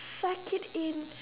suck it in